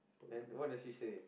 then what does she say